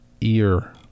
ear